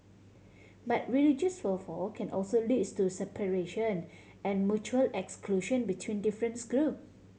but religious fervour can also leads to separation and mutual exclusion between difference group